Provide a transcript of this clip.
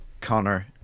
Connor